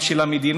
גם של המדינה,